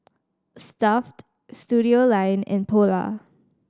Stuff'd Studioline and Polar